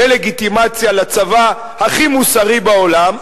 דה-לגיטימציה לצבא הכי מוסרי בעולם,